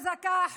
תהיי חזקה.